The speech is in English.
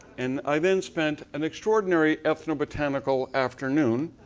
and i then spent an extraordinary ethnobotanical afternoon.